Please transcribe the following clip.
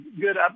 good